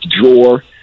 drawer